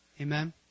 Amen